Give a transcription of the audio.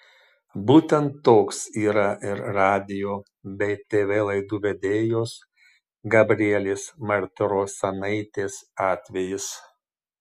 būtent toks yra ir radijo bei tv laidų vedėjos gabrielės martirosianaitės atvejis